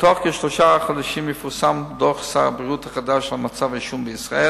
בתוך כשלושה חודשים יפורסם דוח שר הבריאות החדש על מצב העישון בישראל,